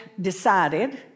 decided